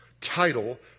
title